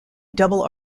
double